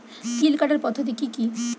তিল কাটার পদ্ধতি কি কি?